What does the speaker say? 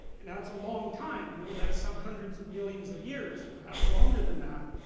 and that's a long time, you know? that's some hundreds of millions of years, perhaps longer than that.